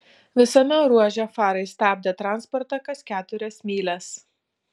visame ruože farai stabdė transportą kas keturias mylias